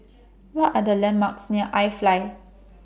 What Are The landmarks near IFly